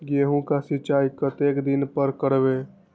गेहूं का सीचाई कतेक दिन पर करबे?